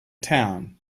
town